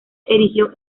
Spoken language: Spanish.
erigió